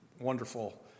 wonderful